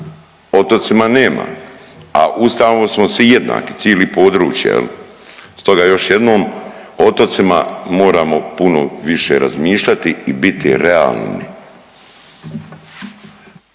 otocima nema, a ustavom smo svi jednaki, cili područje. Stoga još jednom, o otocima moramo puno više razmišljati i biti realni.